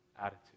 attitude